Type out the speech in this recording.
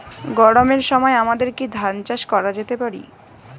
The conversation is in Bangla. গরমের সময় আমাদের কি ধান চাষ করা যেতে পারি?